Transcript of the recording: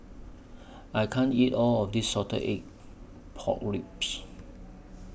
I can't eat All of This Salted Egg Pork Ribs